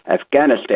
Afghanistan